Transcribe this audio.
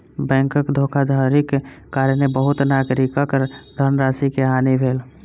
बैंकक धोखाधड़ीक कारणेँ बहुत नागरिकक धनराशि के हानि भेल